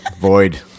void